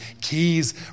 Keys